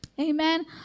Amen